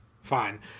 Fine